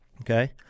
okay